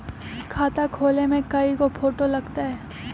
खाता खोले में कइगो फ़ोटो लगतै?